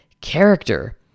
character